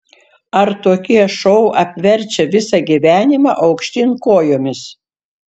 ar tokie šou apverčia visą gyvenimą aukštyn kojomis